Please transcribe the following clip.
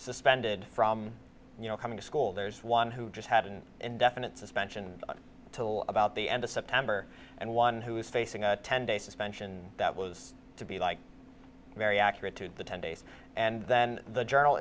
suspended from you know coming to school there's one who just had an indefinite suspension till about the end of september and one who is facing a ten day suspension that was to be like very accurate to the ten days and then the journal